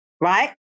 right